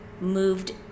moved